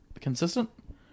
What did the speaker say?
consistent